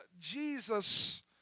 Jesus